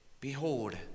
behold